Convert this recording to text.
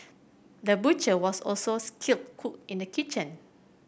the butcher was also skilled cook in the kitchen